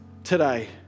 today